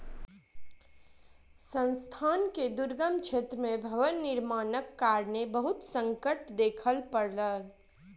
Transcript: संस्थान के दुर्गम क्षेत्र में भवन निर्माणक कारणेँ बहुत संकट देखअ पड़ल